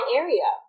area